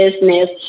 business